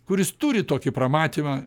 kuris turi tokį pramatymą